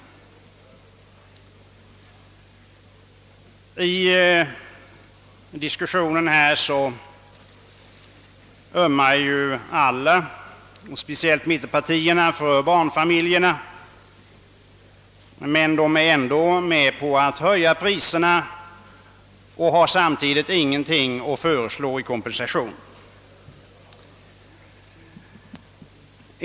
I diskussionen ömmar alla — speciellt mittenpartierna — för barnfamiljerna, men de är ändå med på att höja priserna och har ingenting att samtidigt föreslå som kompen sation.